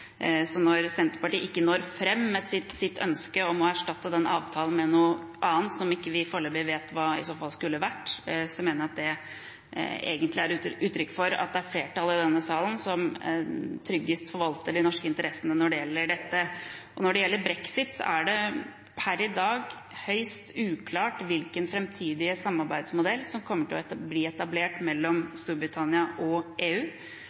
Så når Senterpartiet ikke når fram med sitt ønske om å erstatte den avtalen med noe annet, som vi foreløpig ikke vet hva i så fall skulle vært, mener jeg at det egentlig er uttrykk for at det er flertallet i denne salen som tryggest forvalter de norske interessene når det gjelder dette. Når det gjelder brexit, er det per i dag høyst uklart hvilken framtidig samarbeidsmodell som kommer til å bli etablert mellom Storbritannia og EU.